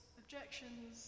objections